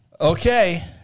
Okay